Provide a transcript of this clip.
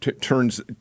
turns –